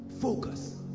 focus